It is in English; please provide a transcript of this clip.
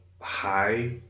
high